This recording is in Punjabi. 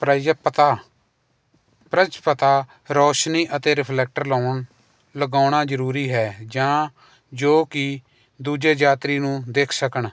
ਪ੍ਰਜੇਪਤਾ ਪ੍ਰਜਪਤਾ ਰੌਸ਼ਨੀ ਅਤੇ ਰਿਫਲੈਕਟਰ ਲਾਉਣ ਲਗਾਉਣਾ ਜ਼ਰੂਰੀ ਹੈ ਜਾਂ ਜੋ ਕਿ ਦੂਜੇ ਯਾਤਰੀ ਨੂੰ ਦਿੱਖ ਸਕਣ